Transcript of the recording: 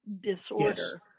disorder